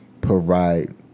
provide